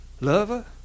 lover